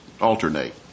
alternate